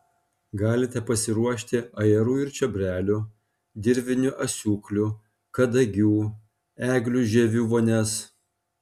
galite pasiruošti ajerų ir čiobrelių dirvinių asiūklių kadagių eglių žievių vonias